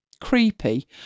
creepy